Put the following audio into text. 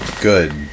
Good